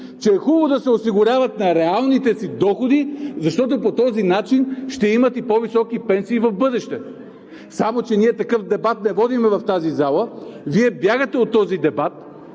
че е хубаво да се осигуряват на реалните си доходи, защото по този начин ще имат и по-високи пенсии в бъдеще. Само че не водим такъв дебат в тази зала. Вие бягате от този дебат